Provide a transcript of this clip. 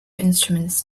instruments